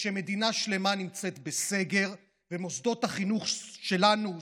שכאשר מדינה שלמה נמצאת בסגר ומוסדות החינוך שלנו סגורים,